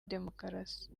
demokarasi